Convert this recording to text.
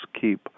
keep